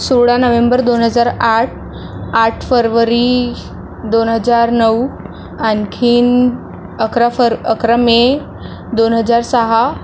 सोळा नव्हेंबर दोन हजार आठ आठ फरवरी दोन हजार नऊ आणखीन अकरा फर अकरा मे दोन हजार सहा